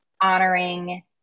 honoring